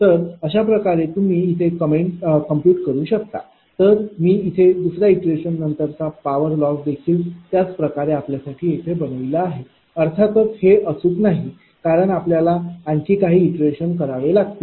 तर अशाप्रकारे तुम्ही इथे कॉम्प्युट करू शकता तर मी इथे दुसर्या इटरेशननंतरचा पावर लॉस देखील त्याच प्रकारे आपल्यासाठी इथे बनविला आहे अर्थातच हे अचूक नाही कारण आपल्याला आणखी काही इटरेशन करावे लागतील